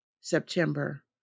September